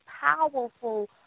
powerful